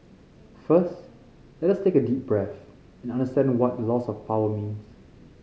first let us take a deep breath and understand what the loss of power means